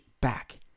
back